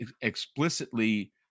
explicitly